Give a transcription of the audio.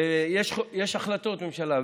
ויש החלטות ממשלה,